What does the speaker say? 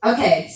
Okay